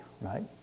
right